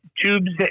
tubes